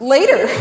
Later